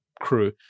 crew